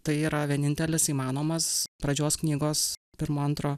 tai yra vienintelis įmanomas pradžios knygos pirmo antro